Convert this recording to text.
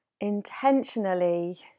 intentionally